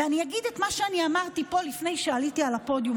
ואני אגיד את מה שאני אמרתי פה לפני שעליתי על הפודיום,